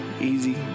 easy